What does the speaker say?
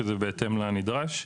שזה בהתאם לנדרש.